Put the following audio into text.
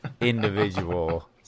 individual